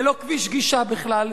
ללא כביש גישה בכלל,